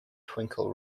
twinkle